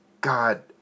God